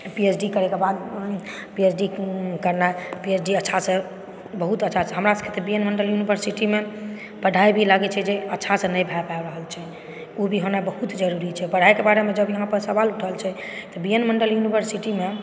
PhD करयके बाद PhD करनाइ पीएचडी अच्छा छै बहुत अच्छा छै हमरा सबकेँ तऽ बीएन मण्डल इनवर्सिटीमे पढ़ाई भी लागै छै जे अच्छा से नहि भए पाबि रहल छै ओ भी हमरा बहुत जरुरी छै पढ़ाईके बारेमे जब हमरा पर सवाल उठल छै तऽ बीएन मण्डल इनवर्सिटीमे